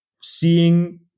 seeing